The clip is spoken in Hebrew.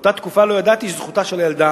באותה תקופה לא ידעתי שזכותה של הילדה